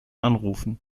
anrufen